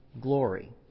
glory